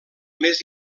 més